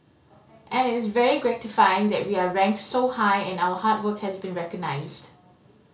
and it's very gratifying that we are ranked so high and our hard work has been recognised